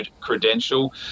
credential